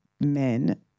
men